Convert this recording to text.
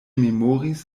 memoris